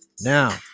Now